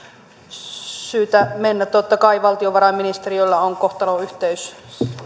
syytä mennä totta kai valtiovarainministeriöllä on kohtalonyhteys